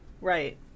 Right